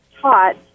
taught